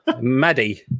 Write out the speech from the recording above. Maddie